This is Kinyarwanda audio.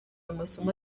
amasomo